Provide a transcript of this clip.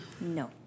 no